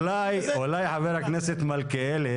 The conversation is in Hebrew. אולי חבר הכנסת מלכיאלי,